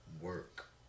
work